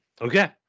okay